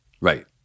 Right